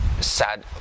sad